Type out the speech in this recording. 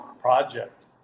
project